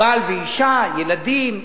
בעל ואשה, ילדים.